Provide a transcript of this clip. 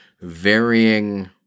varying